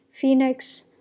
phoenix